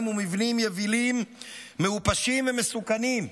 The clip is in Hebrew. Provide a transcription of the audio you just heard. ובמבנים יבילים מעופשים ומסוכנים,